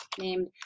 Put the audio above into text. named